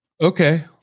Okay